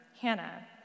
Hannah